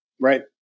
Right